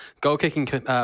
goal-kicking